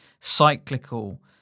cyclical